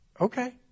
Okay